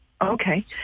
Okay